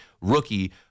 rookie